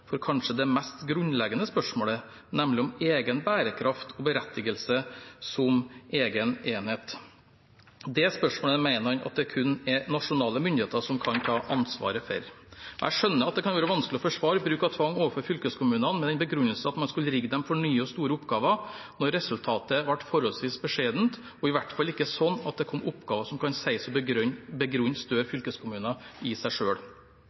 for kanskje det mest grunnleggende spørsmålet, nemlig om egen bærekraft og berettigelse som egen enhet. Det spørsmålet mener han at det kun er nasjonale myndigheter som kan ta ansvaret for. Jeg skjønner at det kan være vanskelig å forsvare bruk av tvang overfor fylkeskommunene med den begrunnelse at man skulle rigge dem for nye og store oppgaver, når resultatet ble forholdsvis beskjedent, og i hvert fall ikke slik at det kom oppgaver som kan sies å begrunne større fylkeskommuner i seg